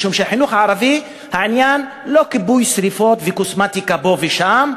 משום שבחינוך הערבי העניין הוא לא כיבוי שרפות וקוסמטיקה פה ושם,